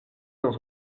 dans